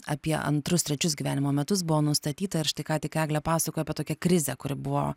apie antrus trečius gyvenimo metus buvo nustatyta ir štai ką tik eglė pasakojo apie tokią krizę kuri buvo